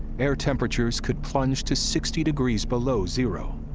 air temperatures could plunge to sixty degrees below zero.